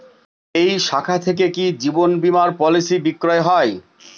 এই শাখা থেকে কি জীবন বীমার পলিসি বিক্রয় হয়?